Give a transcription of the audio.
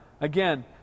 Again